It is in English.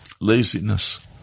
laziness